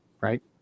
right